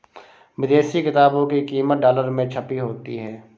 विदेशी किताबों की कीमत डॉलर में छपी होती है